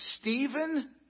Stephen